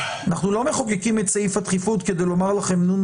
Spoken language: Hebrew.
אנחנו לא מחוקקים את סעיף הדחיפות כדי לומר לכם 'נו,